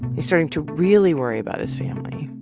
he's starting to really worry about his family,